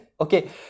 okay